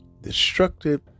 destructive